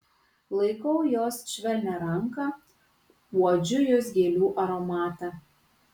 laikau jos švelnią ranką uodžiu jos gėlių aromatą